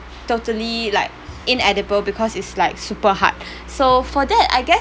totally like inedible because it's like super hard so for that I guess